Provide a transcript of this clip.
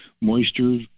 moisture